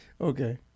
Okay